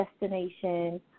destination